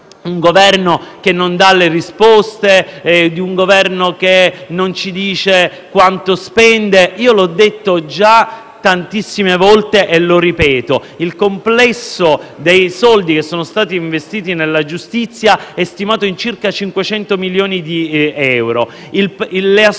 un Governo che non dà le risposte e non ci dice quanto spende. L'ho già detto tantissime volte e lo ripeto: il complesso dei soldi che sono stati investiti nella giustizia è stimato in circa 500 milioni di euro.